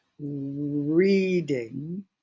reading